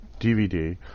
DVD